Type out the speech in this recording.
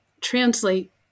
translate